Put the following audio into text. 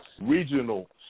Regional